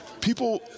People